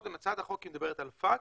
הצעת החוק מדברת על פקס.